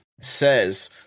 says